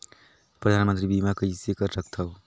परधानमंतरी बीमा कइसे कर सकथव?